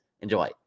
enjoy